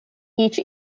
each